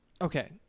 Okay